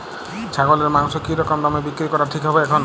ছাগলের মাংস কী রকম দামে বিক্রি করা ঠিক হবে এখন?